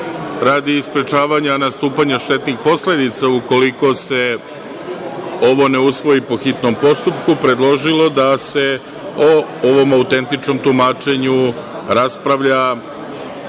radi sprečavanja nastupanja štetnih posledica ukoliko se ovo ne usvoji po hitnom postupku, predložio da se o ovom autentičnom tumačenju raspravlja